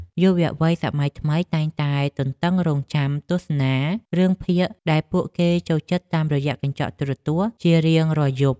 យុវវ័យសម័យថ្មីតែងតែទន្ទឹងរង់ចាំទស្សនារឿងភាគដែលពួកគេចូលចិត្តតាមរយៈកញ្ចក់ទូរទស្សន៍ជារៀងរាល់យប់។